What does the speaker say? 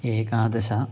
एकादश